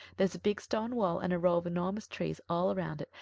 there's a big stone wall and a row of enormous trees all around it,